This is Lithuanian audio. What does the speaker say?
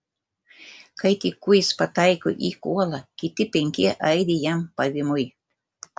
kai tik kūjis pataiko į kuolą kiti penki aidi jam pavymui